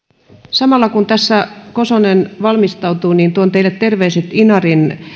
samalla kun tässä kosonen valmistautuu tuon teille terveiset inarin